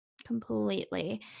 Completely